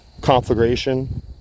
conflagration